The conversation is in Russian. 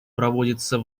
проводится